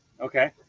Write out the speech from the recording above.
Okay